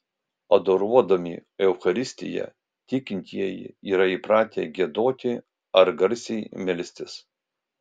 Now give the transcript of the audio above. adoruodami eucharistiją tikintieji yra įpratę giedoti ar garsiai melstis